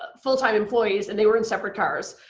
full time employees, and they were in separate cars.